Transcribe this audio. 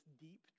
deep